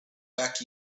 back